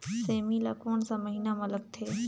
सेमी ला कोन सा महीन मां लगथे?